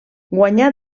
guanyà